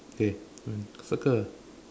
okay one circle